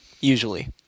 usually